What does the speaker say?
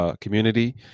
community